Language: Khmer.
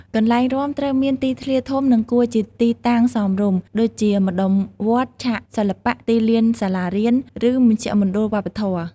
កន្លែងរាំត្រូវមានទីធ្លាធំ និងគួរជាទីតាំងសមរម្យ ដូចជា ម្តុំវត្ត ឆាកសិល្បៈ ទីលានសាលារៀន ឬមជ្ឈមណ្ឌលវប្បធម៌។